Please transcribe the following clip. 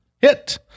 Hit